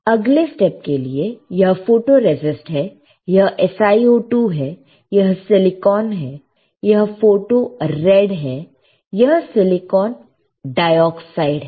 अब अगले स्टेप के लिए यह फोटोरेसिस्ट है यह SiO2 है यह सीलीकौन है यह फोटो रेड है यह सिलीकान डाइऑक्साइड है